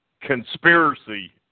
Conspiracy